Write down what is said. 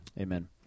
Amen